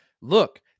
look